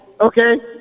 okay